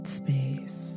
space